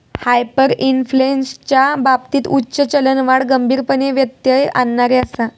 हायपरइन्फ्लेशनच्या बाबतीत उच्च चलनवाढ गंभीरपणे व्यत्यय आणणारी आसा